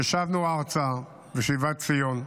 ששבנו ארצה בשיבת ציון,